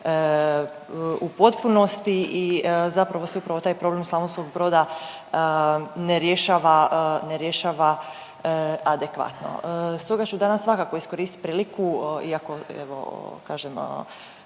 u potpunosti i zapravo se upravo taj problem Slavonskog Broda ne rješava adekvatno. Stoga ću danas svakako iskoristiti priliku, iako evo kažem